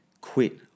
quit